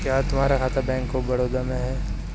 क्या तुम्हारा खाता बैंक ऑफ बड़ौदा में है?